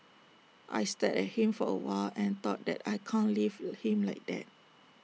I stared at him for A while and thought that I can't leave him like that